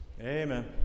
Amen